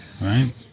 right